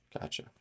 gotcha